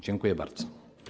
Dziękuję bardzo.